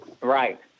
Right